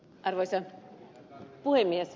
arvoisa puhemies